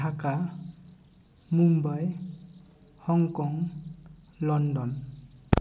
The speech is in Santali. Dhaka Mumbai Hong Kong London